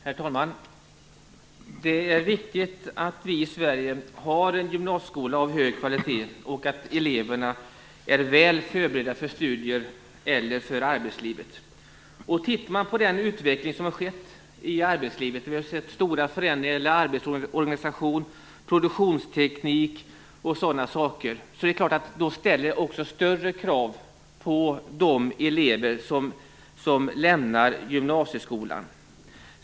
Herr talman! Det är viktigt att vi i Sverige har en gymnasieskola av god kvalitet och att eleverna är väl förberedda för studier eller för arbetslivet. Utvecklingen i arbetslivet har inneburit stora förändringar vad gäller arbetsorganisation, produktionsteknik och liknande, och det ställer naturligtvis högre krav på de elever som lämnar gymnasieskolan.